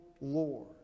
Lord